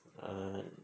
err